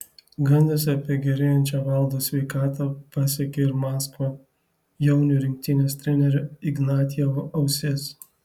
gandas apie gerėjančią valdo sveikatą pasiekė ir maskvą jaunių rinktinės trenerio ignatjevo ausis